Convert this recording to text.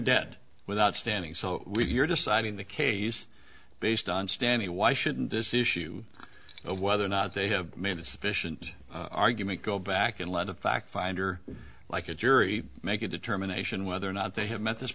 dead without standing so we're deciding the case based on stanny why shouldn't this issue of whether or not they have made a sufficient argument go back and let a fact finder like a jury make a determination whether or not they have met this